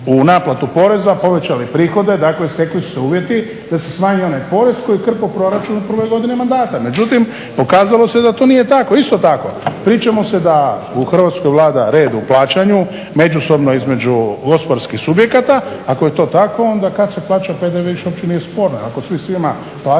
u naplatu poreza, povećali prihode, dakle stekli su se uvjeti da se smanji onaj porez koji je krpao proračun u prvoj godini mandata. Međutim, pokazalo se da to nije tako. Isto tako priča se da u Hrvatskoj vlada red u plaćanju međusobno između gospodarskih subjekata. Ako je to tako onda kad se plaća PDV više uopće nije sporno.